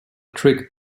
trick